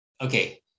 okay